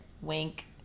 Wink